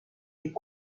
est